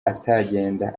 atagenda